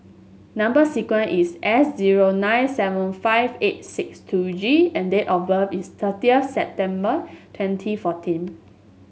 number sequence is S zero nine seven five eight sixt two G and date of birth is thirty September twenty fourteen